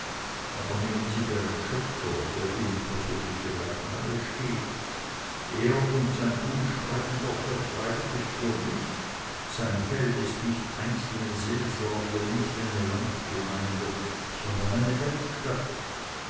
aber nehmen sie deren schöpfer der ihnen persönlich vielleicht nahesteht er und sein tun sprechen doch recht eigentlich für mich sein feld ist nicht einzelne seelsorge nicht eine landgemeinde sondern eine